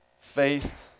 faith